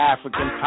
African